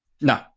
No